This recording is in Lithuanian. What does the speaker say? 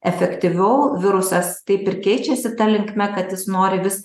efektyviau virusas taip ir keičiasi ta linkme kad jis nori vis